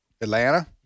Atlanta